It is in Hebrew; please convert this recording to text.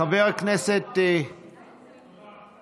חבר הכנסת, תודה.